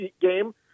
game